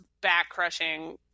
back-crushing